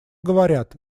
говорят